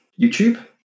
YouTube